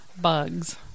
bugs